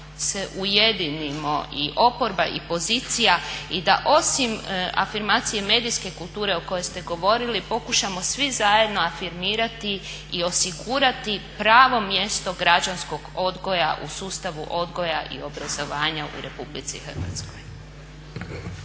se ujedinimo i oporba i pozicija i da osim afirmacije medijske kulture o kojoj ste govorili pokušamo svi zajedno afirmirati i osigurati pravo mjesto građanskog odgoja u sustavu odgoja i obrazovanja u RH.